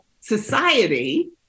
society